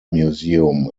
museum